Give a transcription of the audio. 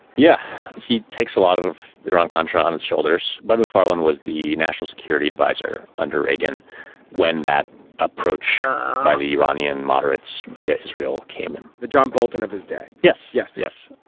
yeah, he takes a lot of iran-contra on his shoulders. but mcfarlane was the national security adviser under reagan when that approach by the iranian moderates via israel came in the john bolton of his day. yes, yes, yes.